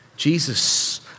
Jesus